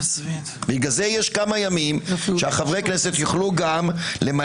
בגלל זה יש כמה ימים שחברי הכנסת יוכלו למלא